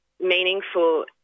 meaningful